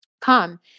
come